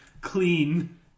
clean